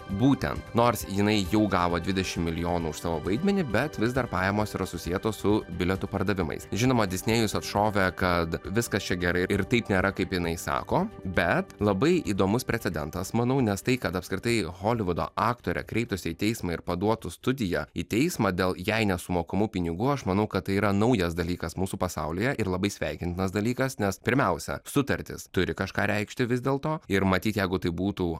būtent nors jinai jau gavo dvidešimt milijonų už savo vaidmenį bet vis dar pajamos yra susietos su bilietų pardavimais žinoma disnėjus atšovė kad viskas čia gerai ir taip nėra kaip jinai sako bet labai įdomus precedentas manau nes tai kad apskritai holivudo aktorė kreiptųsi į teismą ir paduotų studiją į teismą dėl jai nesumokamų pinigų aš manau kad tai yra naujas dalykas mūsų pasaulyje ir labai sveikintinas dalykas nes pirmiausia sutartis turi kažką reikšti vis dėl to ir matyt jeigu tai būtų